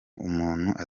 umuntu